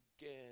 again